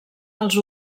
els